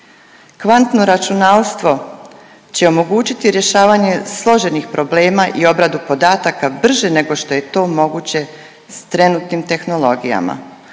Kvantno računalstvo će omogućiti rješavanje složenih problema i obradu podataka brže nego što je to moguće s trenutnim tehnologijama.